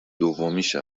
دومیش